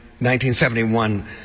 1971